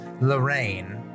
Lorraine